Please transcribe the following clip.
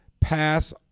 pass